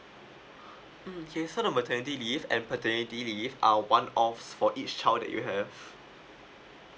mm K so the maternity leave and paternity leave are one off for each child that you have